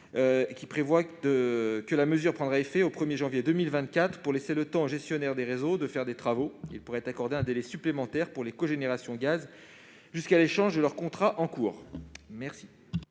à prévoir que la mesure prendra effet au 1 janvier 2024, afin de laisser le temps aux gestionnaires des réseaux de faire des travaux. Il pourrait être accordé un délai supplémentaire pour les cogénérations gaz, jusqu'à l'échange de leur contrat en cours.